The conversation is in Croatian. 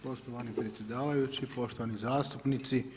Poštovani predsjedavajući, poštovani zastupnici.